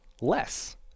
less